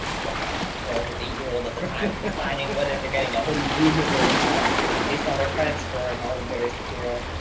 what time twelve year, eight year old at the time, whatever they're getting a home improvement loan or not based on their credit score and all the various material.